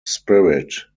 spirit